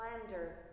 slander